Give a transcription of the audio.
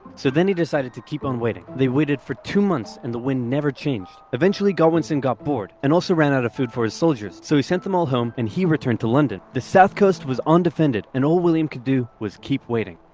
so then he decided to keep on waiting. they waited for two months and the wind never changed. eventually godwinson got bored and also ran out of food for his soldiers, so he sent them all home and he returned to london. the south coast was undefended, and all william could do was keep waiting.